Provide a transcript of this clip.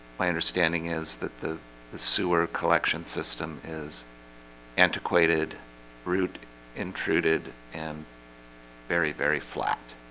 my understanding is that the the sewer collection system is antiquated route intruded and very very flat.